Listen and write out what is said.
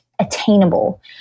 attainable